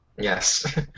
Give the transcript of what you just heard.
Yes